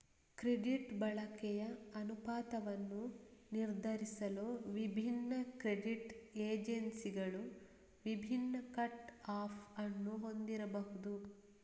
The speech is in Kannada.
ಕ್ರೆಡಿಟ್ ಬಳಕೆಯ ಅನುಪಾತವನ್ನು ನಿರ್ಧರಿಸಲು ವಿಭಿನ್ನ ಕ್ರೆಡಿಟ್ ಏಜೆನ್ಸಿಗಳು ವಿಭಿನ್ನ ಕಟ್ ಆಫ್ ಅನ್ನು ಹೊಂದಿರಬಹುದು